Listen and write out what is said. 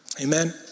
Amen